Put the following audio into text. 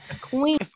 Queen